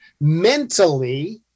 mentally